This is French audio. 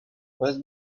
base